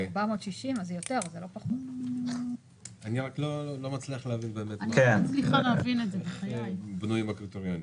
אני רק לא מצליח להבין איך בנויים הקריטריונים.